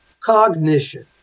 cognition